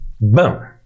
Boom